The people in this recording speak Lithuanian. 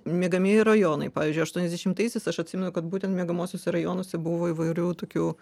miegamieji rajonai pavyzdžiui aštuoniasdešimtaisiais aš atsimenu kad būtent miegamuosiuose rajonuose buvo įvairių tokių